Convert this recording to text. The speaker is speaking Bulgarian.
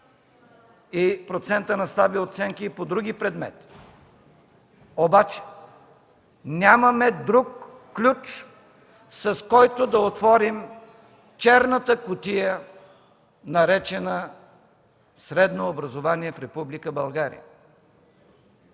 и процентът на слаби оценки по други предмети, обаче нямаме друг ключ, с който да отворим черната кутия, наречена „средно образование в Република България”.